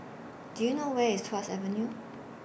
Do YOU know Where IS Tuas Avenue